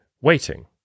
waiting